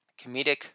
comedic